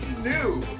new